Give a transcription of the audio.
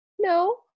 no